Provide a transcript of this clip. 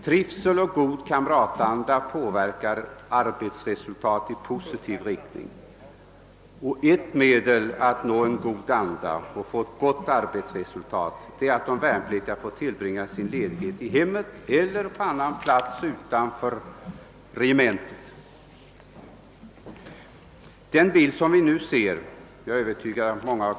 Trivsel och god kamratanda påverkar arbetsresultatet i positiv riktning, och ett av medlen att uppnå trivsel och ett gott arbetsresultat är att låta de värnpliktiga tillbringa sin ledighet i hemmet eller på annan plats utanför regementet där de önskar.